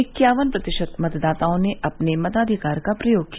इक्यावन प्रतिशत मतदाताओं ने अपने मताधिकार का प्रयोग किया